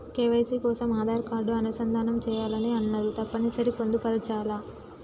KYC కోసం Aadhaar card అనుసంధానం చేయాలని అన్నరు తప్పని సరి పొందుపరచాలా?